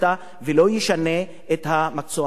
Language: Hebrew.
ולא ישנה את מקצוע הבחירה שלו.